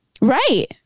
right